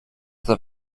the